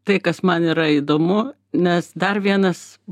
tai kas man yra įdomu nes dar vienas